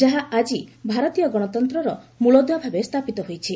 ଯାହା ଆଜି ଭାରତୀୟ ଗଣତନ୍ତ୍ରର ମୂଳଦୁଆ ଭାବେ ସ୍ଥାପିତ ହୋଇଛି